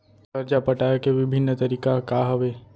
करजा पटाए के विभिन्न तरीका का हवे?